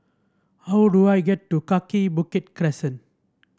how do I get to Kaki Bukit Crescent